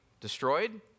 destroyed